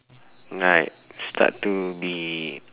like start to be